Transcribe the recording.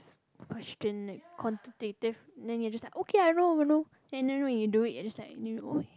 question like quantitative then you're just like okay I know I know and then when you do it you're just like